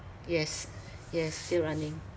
yes yes still running